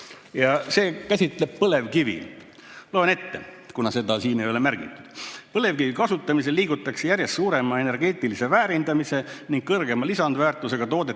mis käsitleb põlevkivi. Loen ette, kuna seda siin [eelnõus] ei ole märgitud: "Põlevkivi kasutamisel liigutakse järjest suurema energeetilise väärindamise ning kõrgema lisandväärtusega toodete